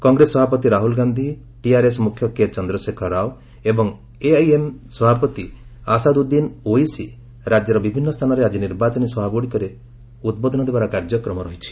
କଂଗ୍ରେସ ସଭାପତି ରାହୁଲ ଗାନ୍ଧୀ ଟିଆର୍ଏସ୍ ମୁଖ୍ୟ କେ ଚନ୍ଦ୍ରଶେଖର ରାଓ ଏବଂ ଏମ୍ଆଇଏମ୍ ସଭାପତି ଅସାଦୁନ୍ଦିନ ଓୱିସି ରାଜ୍ୟର ବିଭିନ୍ନ ସ୍ଥାନରେ ଆଜି ନିର୍ବାଚନୀ ସଭାଗୁଡ଼ିକରେ ଉଦ୍ବୋଧନ ଦେବାର କାର୍ଯ୍ୟକ୍ରମ ରହିଛି